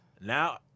Now